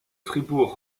fribourg